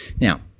Now